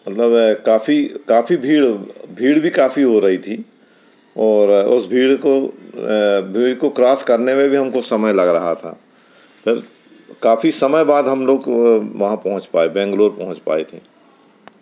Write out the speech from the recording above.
मतलब काफ़ी भीड़ काफ़ी भीड़ भीड़ भी काफ़ी हो रही थी और उस भीड़ को भीड़ को क्रॉस करने में भी हमको समय लग रहा था काफ़ी समय बाद हम लोग वहाँ पहुँच पाए बैंगलोर पहुँच पाए थे